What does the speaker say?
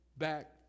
back